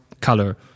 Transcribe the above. color